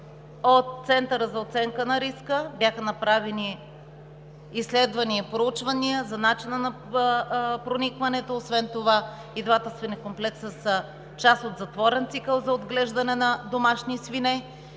от Центъра за оценка на риска бяха направени изследвания и проучвания за начина на проникването. Освен това и двата свинекомплекса са част от затворен цикъл за отглеждане на домашни свине.